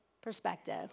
perspective